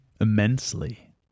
immensely